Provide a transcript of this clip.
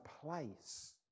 place